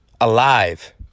alive